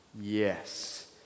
yes